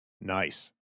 nice